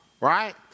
Right